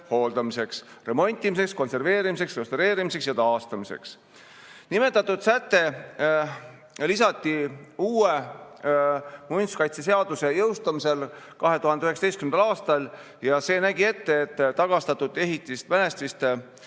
hooldamiseks, remontimiseks, konserveerimiseks, restaureerimiseks ja taastamiseks. Nimetatud säte lisati uue muinsuskaitseseaduse jõustumisel 2019. aastal ja see nägi ette, et tagastatud ehitismälestiste